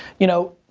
you know,